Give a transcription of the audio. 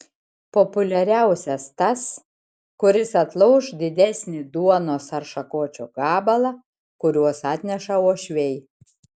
populiariausias tas kuris atlauš didesnį duonos ar šakočio gabalą kuriuos atneša uošviai